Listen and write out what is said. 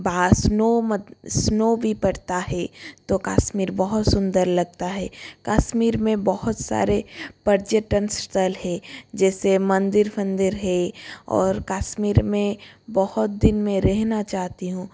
वहाँ snow snow भी पड़ता है तो कश्मीर बहुत सुंदर लगता है कश्मीर में बहुत सारे पर्यटन स्थल है जैसे मंदिर फंदिर है और कश्मीर में बहुत दिन मैं रहना चाहती हूँ